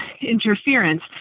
interference